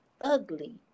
ugly